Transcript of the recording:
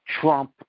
Trump